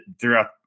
throughout